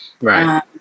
right